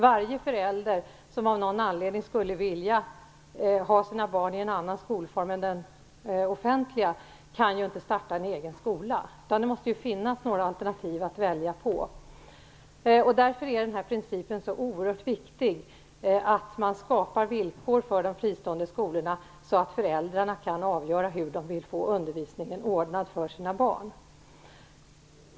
Varje förälder som av någon anledning vill välja en annan skolform än den offentliga skolan för sina barn kan ju inte starta en egen skola, utan det måste finnas några alternativ att välja på. Därför är principen så oerhört viktig, att man skapar villkor för de fristående skolorna så att föräldrarna kan avgöra hur undervisningen skall ordnas för sina barn.